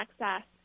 access